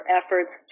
efforts